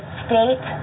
state